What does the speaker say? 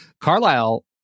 Carlisle